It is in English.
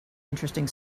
interesting